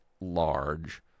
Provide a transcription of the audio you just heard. large